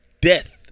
death